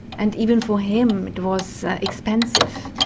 and even for him it was expensive.